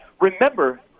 remember